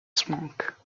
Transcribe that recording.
swank